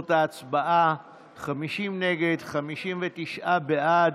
59 בעד.